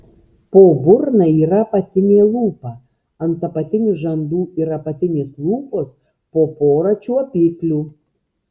po burna yra apatinė lūpa ant apatinių žandų ir apatinės lūpos po porą čiuopiklių